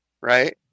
Right